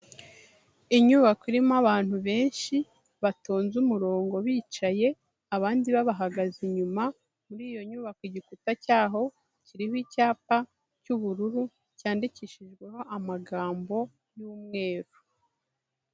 Inyubako irimo abantu benshi batonze umurongo bicaye abandi babahagaze inyuma, muri iyo nyubako igikuta cyaho kirimo icyapa cy'ubururu cyandikishijweho amagambo y'umweru.